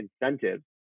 incentives